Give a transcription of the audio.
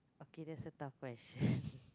okay that set up question